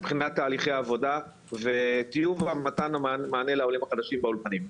מבחינת תהליכי עבודה וטיוב מתן המענה לעולים החדשים באולפנים.